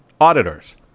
auditors